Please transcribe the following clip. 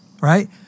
right